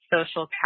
social